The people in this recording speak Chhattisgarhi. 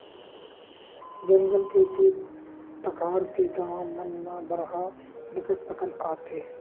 जंगल के तीर तखार के गाँव मन म बरहा बिकट अकन आथे